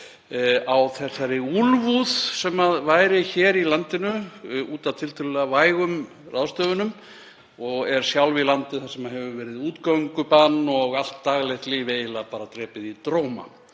á þessari úlfúð sem væri hér í landinu út af tiltölulega vægum ráðstöfunum. Hún er sjálf í landi þar sem hefur verið útgöngubann og allt daglegt líf eiginlega bara drepið í dróma.